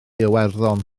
iwerddon